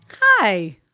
Hi